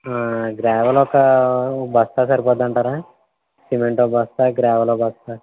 gravel ఒక బస్తా సరిపొద్దంటారా సిమెంట్ ఒక బస్తా గ్రావెల్ ఒక బస్తా